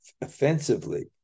offensively